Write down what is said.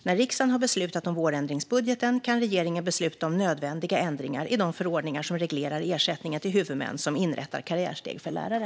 När riksdagen har beslutat om vårändringsbudgeten kan regeringen besluta om nödvändiga ändringar i de förordningar som reglerar ersättning till huvudmän som inrättar karriärsteg för lärare.